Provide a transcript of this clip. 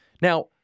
Now